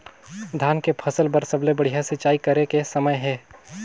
धान के फसल बार सबले बढ़िया सिंचाई करे के समय हे?